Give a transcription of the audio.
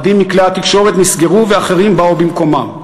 אחדים מכלי התקשורת נסגרו ואחרים באו במקומם,